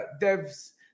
Dev's